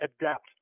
adapt